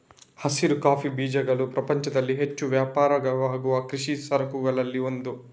ಹಸಿರು ಕಾಫಿ ಬೀಜಗಳು ಪ್ರಪಂಚದಲ್ಲಿ ಹೆಚ್ಚು ವ್ಯಾಪಾರವಾಗುವ ಕೃಷಿ ಸರಕುಗಳಲ್ಲಿ ಒಂದು